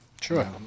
Sure